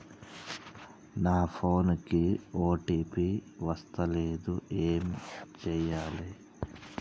నా ఫోన్ కి ఓ.టీ.పి వస్తలేదు ఏం చేయాలే?